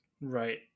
Right